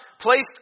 placed